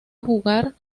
jugar